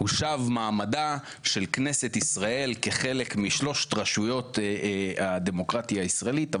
הושב מעמדה של כנסת ישראל כחלק משלושת רשויות הדמוקרטיה הישראלית,